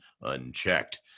unchecked